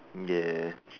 ya